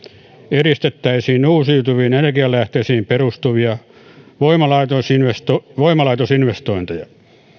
edistettäisiin uusiutuviin energialähteisiin perustuvia voimalaitosinvestointeja voimalaitosinvestointeja